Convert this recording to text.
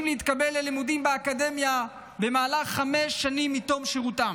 להתקבל ללימודים באקדמיה במהלך חמש שנים מתום שירותם.